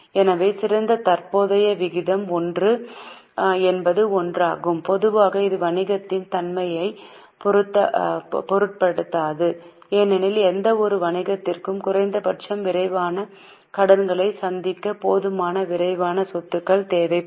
எனவே சிறந்த தற்போதைய விகிதம் 1 என்பது 1 ஆகும் பொதுவாக இது வணிகத்தின் தன்மையைப் பொருட்படுத்தாது ஏனெனில் எந்தவொரு வணிகத்திற்கும் குறைந்தபட்சம் விரைவான கடன்களைச் சந்திக்க போதுமான விரைவான சொத்துக்கள் தேவைப்படும்